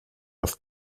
auf